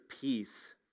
peace